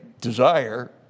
desire